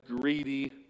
greedy